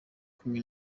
kumwe